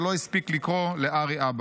שלא הספיק לקרוא לארי אבא.